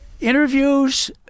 interviews